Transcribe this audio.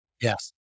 Yes